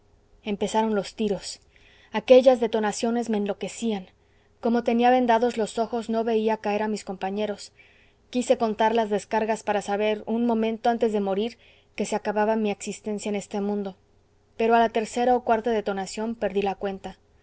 empezaron los tiros aquellas detonaciones me enloquecían como tenía vendados los ojos no veía caer a mis compañeros quise contar las descargas para saber un momento antes de morir que se acababa mi existencia en este mundo pero a la tercera o cuarta detonación perdí la cuenta